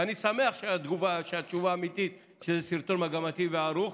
ואני שמח שהתשובה האמיתית היא שזה סרטון מגמתי וערוך.